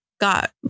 got